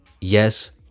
yes